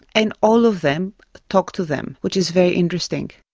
and all of them talk to them, which is very interesting.